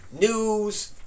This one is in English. news